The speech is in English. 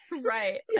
Right